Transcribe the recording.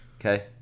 Okay